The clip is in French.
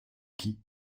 qui